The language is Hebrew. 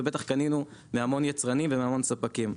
ובטח קנינו מהמון יצרנים ומהמון ספקים.